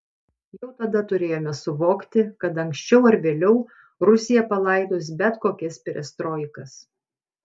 jau tada turėjome suvokti kad anksčiau ar vėliau rusija palaidos bet kokias perestroikas